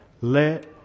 Let